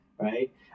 Right